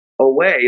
away